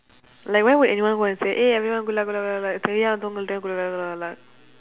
like why would anyone want to say eh everyone good luck good luck good luck today good luck good luck good luck